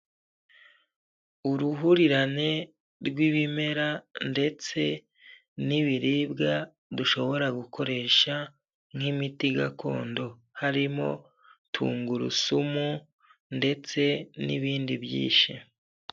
Uruhurirane rw'ibimera ndetse n'ibiribwa dushobora gukoresha nk'imiti gakondo, harimo tungurusumu ndetse n'ibindi byinshi.